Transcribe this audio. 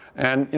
and,